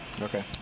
Okay